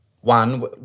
One